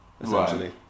Essentially